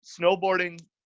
snowboarding